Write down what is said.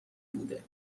بوده